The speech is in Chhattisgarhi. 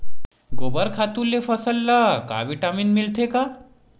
गोबर खातु ले फसल ल का विटामिन मिलथे का?